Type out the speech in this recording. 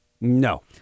No